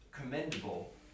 commendable